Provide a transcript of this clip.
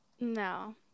No